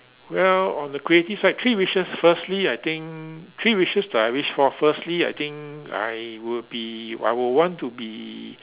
well on the creative side three wishes firstly I think three wishes that I wish for firstly I think I would be I would want to be